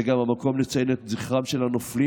זה גם המקום לציין את זכרם של הנופלים